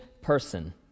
person